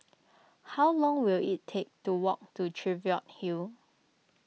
how long will it take to walk to Cheviot Hill